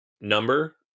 number